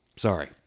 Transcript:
Sorry